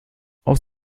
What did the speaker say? auf